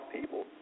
people